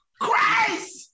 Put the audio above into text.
Christ